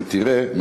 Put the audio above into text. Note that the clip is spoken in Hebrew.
אם תראה,